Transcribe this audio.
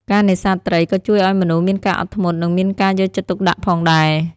ការនេសាទត្រីក៏ជួយឱ្យមនុស្សមានការអត់ធ្មត់និងមានការយកចិត្តទុកដាក់ផងដែរ។